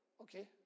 Okay